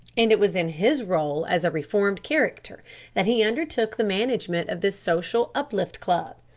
and it was in his role as a reformed character that he undertook the management of this social uplift club.